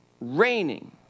raining